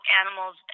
animals